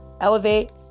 Elevate